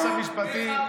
היועץ המשפטי,